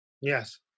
Yes